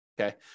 okay